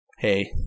Hey